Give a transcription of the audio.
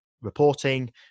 reporting